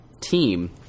team